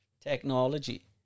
technology